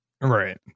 Right